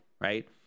Right